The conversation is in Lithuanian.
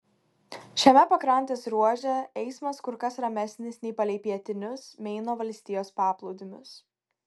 šiame pakrantės ruože eismas kur kas ramesnis nei palei pietinius meino valstijos paplūdimius